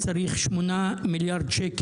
שצריך 8 מיליארד ₪